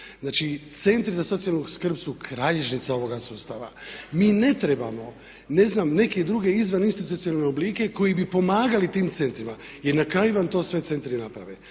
Znači, centri za socijalnu skrb su kralježnica ovoga sustava. Mi ne trebamo, ne znam, neke druge izvaninstitucionalne oblike koji bi pomagali tim centrima. I na kraju vam to sve centri naprave.